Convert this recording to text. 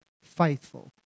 faithful